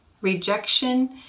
rejection